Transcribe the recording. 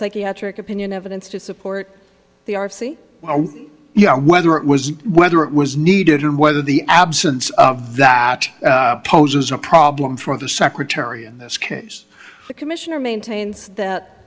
psychiatric opinion evidence to support the r f c you know whether it was whether it was needed and whether the absence of that poses a problem for the secretary in this case the commissioner maintains that